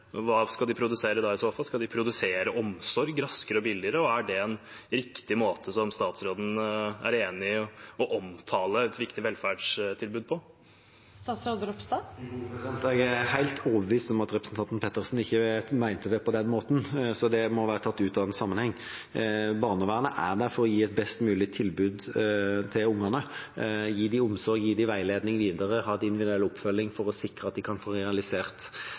Hva skal de produsere da, i så fall? Skal de produsere omsorg raskere og billigere? Er det en måte å omtale et viktig velferdstilbud på som statsråden er enig i, og mener er riktig? Jeg er helt overbevist om at representanten Pettersen ikke mente det på den måten, så det må være tatt ut av en sammenheng. Barnevernet er der for å gi et best mulig tilbud til ungene, gi dem omsorg, gi dem veiledning videre, ha individuell oppfølging for å sikre at de kan få realisert